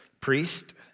Priest